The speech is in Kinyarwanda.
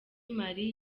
mali